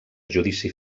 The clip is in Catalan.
judici